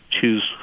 choose